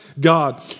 God